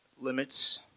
limits